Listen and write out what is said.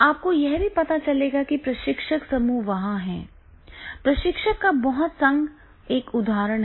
आपको यह भी पता चलेगा कि प्रशिक्षक समूह वहाँ हैं प्रशिक्षक का बहुत संघ एक उदाहरण है